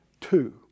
Two